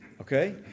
Okay